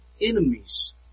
enemies